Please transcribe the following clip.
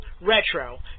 Retro